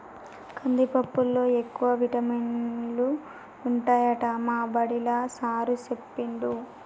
కందిపప్పులో ఎక్కువ విటమినులు ఉంటాయట మా బడిలా సారూ చెప్పిండు